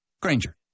Granger